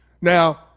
Now